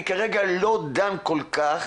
אני כרגע לא דן כל כך